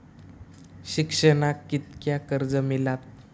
शिक्षणाक कीतक्या कर्ज मिलात?